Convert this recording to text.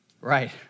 Right